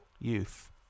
youth